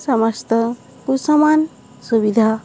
ସମସ୍ତ କୁ ସମାନ ସୁବିଧା